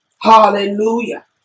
Hallelujah